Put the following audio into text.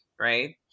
right